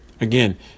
Again